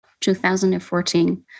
2014